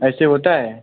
ऐसे होता है